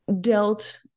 dealt